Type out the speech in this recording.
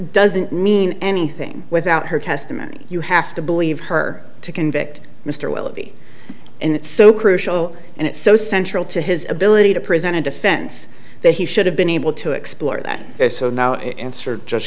doesn't mean anything without her testimony you have to believe her to convict mr willoughby and it's so crucial and it's so central to his ability to present a defense that he should have been able to explore that so now answer just